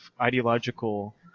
ideological